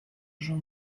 jean